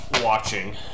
watching